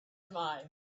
mind